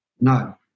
No